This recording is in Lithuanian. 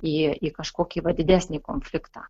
į į kažkokį va didesnį konfliktą